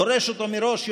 דורש אותו מראש,